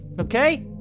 okay